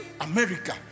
America